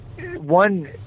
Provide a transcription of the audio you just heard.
one